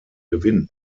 gewinnen